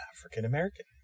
African-American